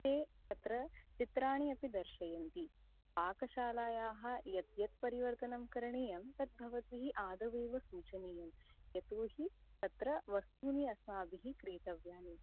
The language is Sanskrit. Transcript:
ते तत्र चित्राणि अपि दर्शयन्ति पाकशालायाः यद्याद्परिवर्तनं करणीयं तद् भवद्भिः आदौ एव एव सूचनीयं यतो हि तत्र वस्तुनि अस्माभिः क्रेतव्यानि